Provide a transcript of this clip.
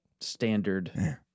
standard